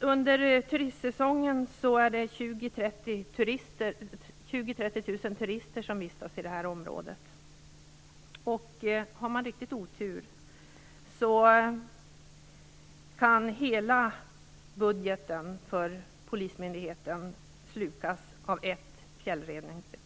Under turistsäsongen är det 20 000-30 000 turister som vistas i området. Har man riktig otur kan hela budgeten för polismyndigheten slukas av ett